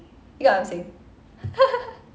you got what I'm saying